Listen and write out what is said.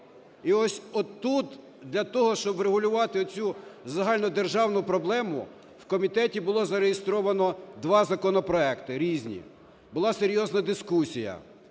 І ось от тут для того, щоб врегулювати оцю загальнодержавну проблему, в комітеті було зареєстровано два законопроекти різні. Була серйозна дискусія.